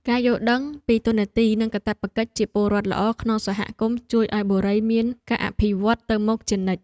ការយល់ដឹងពីតួនាទីនិងកាតព្វកិច្ចជាពលរដ្ឋល្អក្នុងសហគមន៍ជួយឱ្យបុរីមានការអភិវឌ្ឍទៅមុខជានិច្ច។